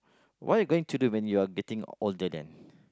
what are you going to do when you're getting older then